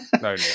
no